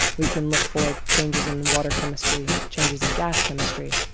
we can look for changes in water chemistry, changes in gas chemistry.